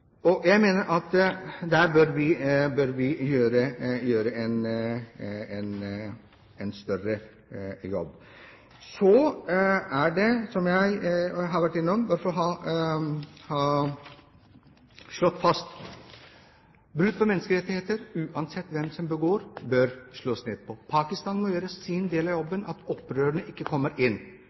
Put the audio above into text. Jeg mener at vi der bør gjøre en større jobb. Så er det noe som jeg også har vært innom og slått fast: Brudd på menneskerettigheter, uansett hvem som begår det, bør det slås ned på. Pakistan må gjøre sin del av jobben, slik at opprørerne ikke kommer inn.